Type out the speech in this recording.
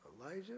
Elijah